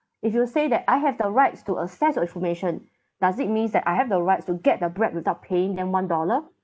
if you say that I have the rights to access your information does it means that I have the rights to get the bread without paying them one dollar